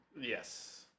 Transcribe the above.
Yes